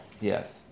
Yes